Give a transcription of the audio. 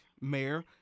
mayor